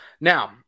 now